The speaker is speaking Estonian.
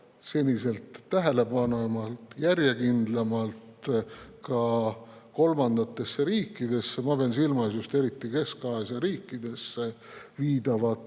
senisest tähelepanelikumalt, järjekindlamalt ka kolmandatesse riikidesse – ma pean silmas just eriti Kesk-Aasia riike – viidavate